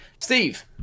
Steve